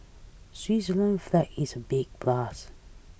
Switzerland's flag is big plus